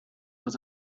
was